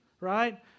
Right